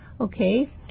Okay